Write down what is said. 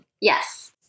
yes